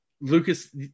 Lucas